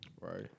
Right